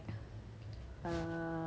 ah